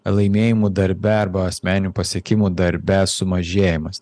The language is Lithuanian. laimėjimų darbe arba asmeninių pasiekimų darbe sumažėjimas